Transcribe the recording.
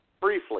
briefly